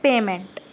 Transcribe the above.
payment